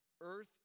earth